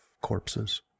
corpses